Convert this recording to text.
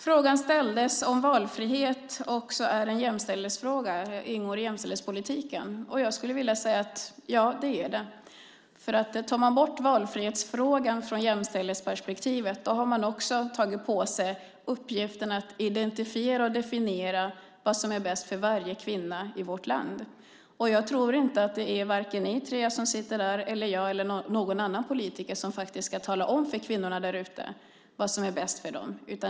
Frågan ställdes om valfrihet också är en jämställdhetsfråga och ingår i jämställdhetspolitiken, och jag skulle vilja säga: Ja, det är den. Tar man bort valfrihetsfrågan från jämställdhetsperspektivet har man också tagit på sig uppgiften att identifiera och definiera vad som är bäst för varje kvinna i vårt land. Och jag tror inte att det är ni tre som sitter här, jag eller någon annan politiker som ska tala om för kvinnorna där ute vad som är bäst för dem.